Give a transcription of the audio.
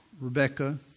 Rebecca